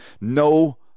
No